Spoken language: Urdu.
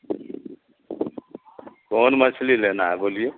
کون مچھلی لینا ہے بولیے